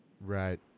right